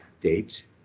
date